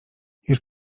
już